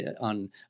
on